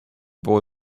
boy